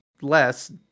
less